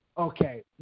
okay